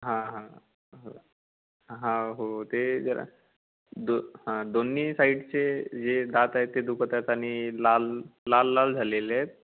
हां हां हां हो ते जरा दो हां दोन्ही साईडचे जे दात आहेत ते दुखत आहेत आणि लाल लाल लाल झालेले आहेत